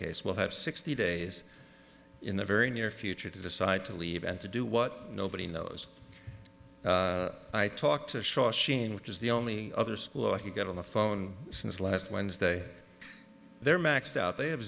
case we'll have sixty days in the very near future to decide to leave and to do what nobody knows i talk to shaw sheen which is the only other school i could get on the phone since last wednesday they're maxed out they have